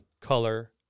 color